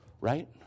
Right